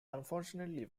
unfortunately